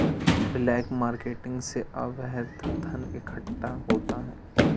black marketing से अवैध धन इकट्ठा होता है